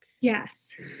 Yes